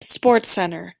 sportscenter